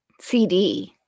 CD